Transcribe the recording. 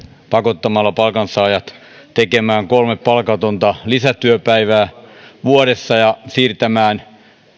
pakottamalla palkansaajat tekemään kolme palkatonta lisätyöpäivää vuodessa ja siirtämällä